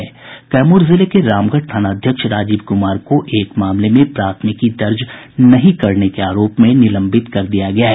कैमूर जिले के रामगढ़ थानाध्यक्ष राजीव कुमार को एक मामले में प्राथमिकी दर्ज नहीं करने के आरोप में निलंबित कर दिया गया है